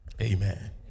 Amen